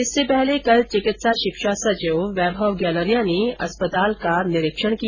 इससे पहले कल चिकित्सा शिक्षा सचिव वैभव गैलरिया ने अस्पताल का निरीक्षण किया